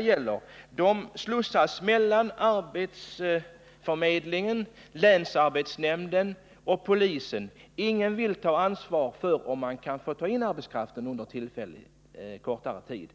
gäller slussas mellan arbetsförmedlingen, länsarbetsnämnden och polisen. Ingen vill ta ansvar när det gäller om arbetskraften kan tas in för kortare tid.